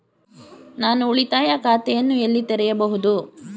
ನಾನು ಉಳಿತಾಯ ಖಾತೆಯನ್ನು ಎಲ್ಲಿ ತೆರೆಯಬಹುದು?